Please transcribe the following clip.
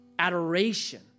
adoration